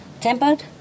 tempered